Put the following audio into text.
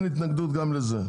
אין התנגדות גם לזה.